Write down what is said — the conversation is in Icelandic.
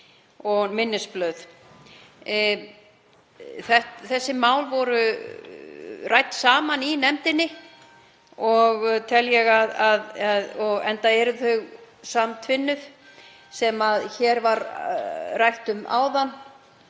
og minnisblöð. Þessi mál voru rædd saman í nefndinni enda eru þau samtvinnuð þeim sem um var rætt áðan